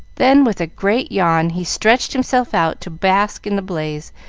then, with a great yawn, he stretched himself out to bask in the blaze,